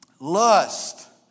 lust